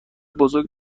بزرگ